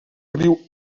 riu